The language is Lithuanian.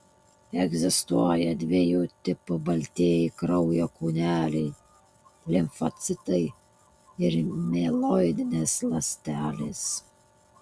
egzistuoja dviejų tipų baltieji kraujo kūneliai limfocitai ir mieloidinės ląstelės